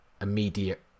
immediate